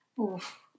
Oof